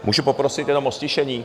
Můžu poprosit jenom o ztišení?